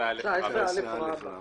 --- סעיפים 17, 18, 19 ו-19א, עם